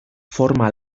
forma